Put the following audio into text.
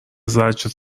زجر